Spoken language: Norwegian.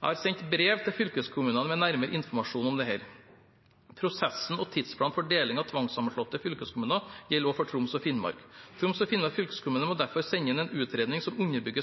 Jeg har sendt brev til fylkeskommunene med nærmere informasjon om dette. Prosessen og tidsplanen for deling av tvangssammenslåtte fylkeskommuner gjelder også for Troms og Finnmark. Troms og Finnmark fylkeskommune må derfor sende inn en utredning som underbygger